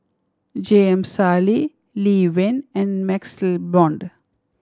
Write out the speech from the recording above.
J M Sali Lee Wen and MaxLe Blond